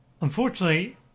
Unfortunately